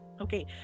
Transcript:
okay